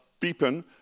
beeping